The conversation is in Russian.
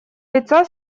лица